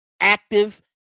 active